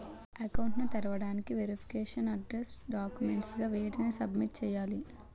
Account ను తెరవటానికి verification address documents గా వేటిని సబ్మిట్ చేయాలి?